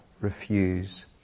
refuse